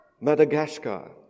Madagascar